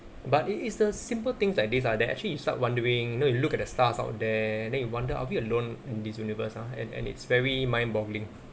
but it is the simple things like this ah that actually you start wondering you know you look at the stars out there then you wonder are we alone in this universe ah and and it's very mind boggling